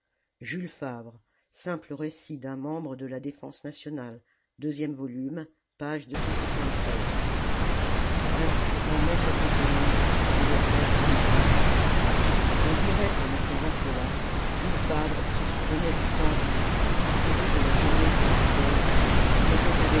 jules favre simple récit d'un membre de la défense nationale insi en devait faire delescluze on dirait qu'en écrivant cela jules favre se souvenait du temps où entouré de la jeunesse des écoles il était